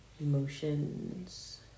Emotions